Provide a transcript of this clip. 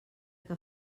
que